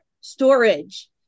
storage